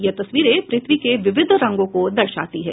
यह तस्वीरें प्रथ्वी के विविध रंगों को दर्शाती हैं